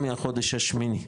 מהחודש השביעי ולא מהחודש השמיני,